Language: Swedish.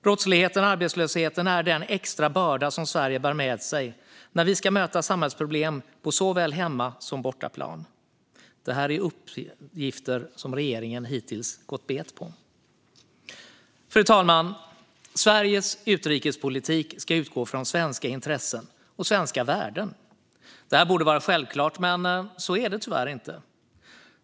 Brottsligheten och arbetslösheten är den extra börda som Sverige bär med sig när vi ska möta samhällsproblem på såväl hemmaplan som bortaplan. Det här är uppgifter som regeringen hittills har gått bet på. Fru talman! Sveriges utrikespolitik ska utgå från svenska intressen och svenska värden. Det borde vara självklart, men så är det tyvärr inte.